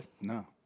No